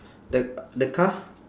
the the car